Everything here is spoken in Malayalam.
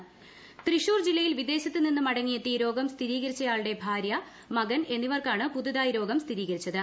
കോവിഡ് തൃശ്ശൂർ തൃശൂർ ജില്ലയിൽ വിദേശത്ത് നിന്ന് മടങ്ങിയെത്തി രോഗം സ്ഥിരീകരിച്ചയാളുടെ ഭാര്യ മകൻ എന്നിവർക്കാണ് പുതുതായി രോഗം സ്ഥിരീകരിച്ചത്